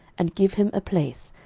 and give him a place,